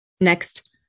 Next